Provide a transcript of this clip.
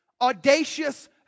audacious